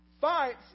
Fights